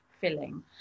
filling